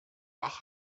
wach